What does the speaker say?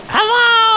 Hello